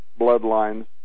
bloodlines